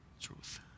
truth